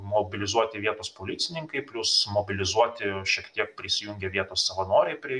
mobilizuoti vietos policininkai plius mobilizuoti šiek tiek prisijungė vietos savanoriai prie